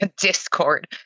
discord